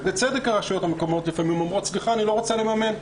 ובצדק הרשויות המקומיות לפעמים אומרות אני לא רוצה לממן.